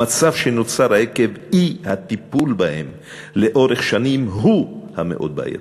המצב שנוצר עקב אי-טיפול בהם לאורך השנים הוא המאוד-בעייתי.